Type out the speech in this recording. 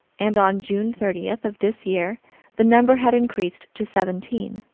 and on june thirty of this year the number had increased to seventeen,